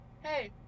Hey